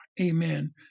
Amen